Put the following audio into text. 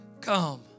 come